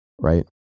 right